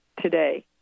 today